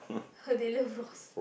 !ha! they love raws